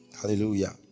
Hallelujah